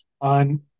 on